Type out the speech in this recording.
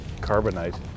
carbonite